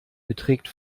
beträgt